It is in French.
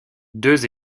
deux